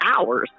hours